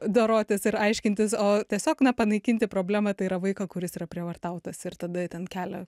dorotis ir aiškintis o tiesiog na panaikinti problemą tai yra vaiką kuris yra prievartautas ir tada ten kelia